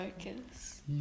focus